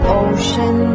ocean